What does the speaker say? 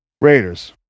Raiders